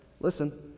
listen